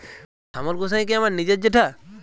অন্য রাজ্যে আমার এক দাদা থাকে তাকে কিভাবে টাকা পাঠাবো?